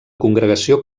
congregació